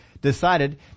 decided